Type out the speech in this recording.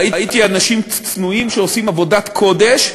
ראיתי אנשים צנועים שעושים עבודת קודש.